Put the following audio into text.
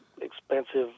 expensive